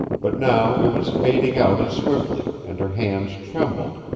but now it was fading out as swiftly, and her hands trembled,